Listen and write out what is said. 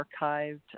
archived